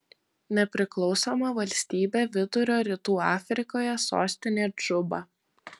nepriklausoma valstybė vidurio rytų afrikoje sostinė džuba